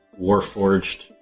warforged